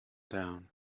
down